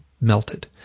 melted